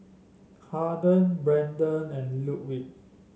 Haden Brenden and Ludwig